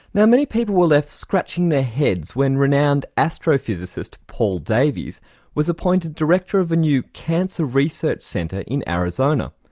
now many people were left scratching their heads when renowned astrophysicist paul davies was appointed director of a new cancer research centre in arizona.